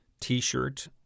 T-shirt